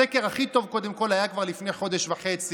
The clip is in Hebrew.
הסקר הכי טוב היה קודם כול כבר לפני חודש וחצי,